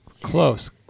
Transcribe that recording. close